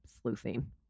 sleuthing